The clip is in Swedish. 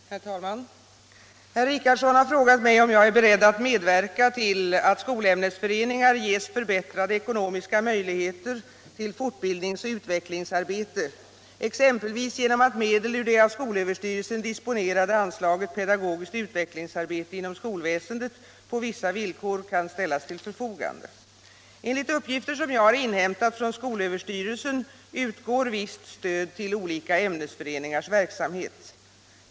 Herr talman! Herr Richardson har frågat mig om jag är beredd att medverka till att skolämnesföreningar ges förbättrade ekonomiska möjligheter till fortbildningsoch utvecklingsarbete, exempelvis genom att medel ur det av skolöverstyrelsen disponerade anslaget Pedagogiskt utvecklingsarbete inom skolväsendet på vissa villkor kan ställas till förfogande. Enligt uppgifter som jag har inhämtat från skolöverstyrelsen utgår visst stöd till olika ämnesföreningars verksamhet.